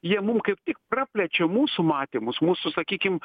jie mum kaip tik praplečia mūsų matymus mūsų sakykim